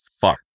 fuck